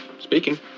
Speaking